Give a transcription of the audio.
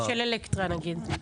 כן, של אלקטרה נגיד.